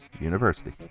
University